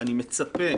ואני מצפה